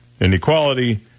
inequality